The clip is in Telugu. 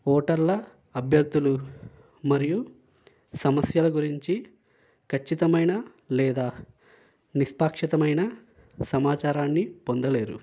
ఓటర్ల అభ్యర్థులు మరియు సమస్యల గురించి ఖచ్చితమైన లేదా నిష్పాక్షితమైన సమాచారాన్ని పొందలేరు